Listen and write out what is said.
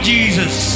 Jesus